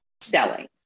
selling